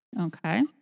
Okay